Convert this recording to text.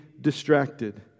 distracted